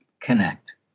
connect